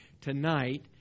tonight